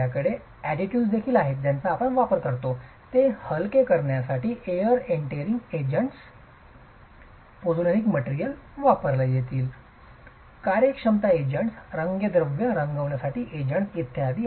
आपल्याकडे अॅडिटिव्ह्ज देखील आहेत ज्यांचा वापर केला जातो ते हलके करण्यासाठी air entraining agents pozzolanic material वापरता येतील कार्यक्षमता एजंट्स रंगद्रव्य रंगविण्यासाठी एजंट्स इत्यादी